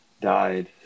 died